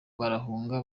barahunga